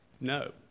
No